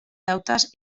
deutes